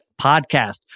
podcast